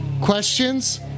questions